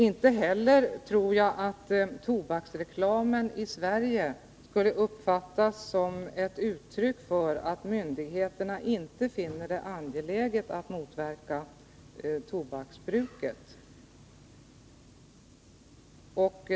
Inte heller tror jag att tobaksreklamen i Sverige skulle uppfattas som ett uttryck för att myndigheterna inte finner det angeläget att motverka tobaksbruket.